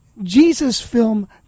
JesusFilm